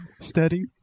steady